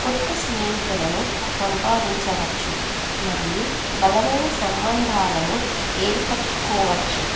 కొత్త స్నేహితులను సంపాదించవచ్చు మరియు బలమైన సంబంధాలను ఏర్పర్చుకోవచ్చు